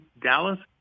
-Dallas